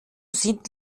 sind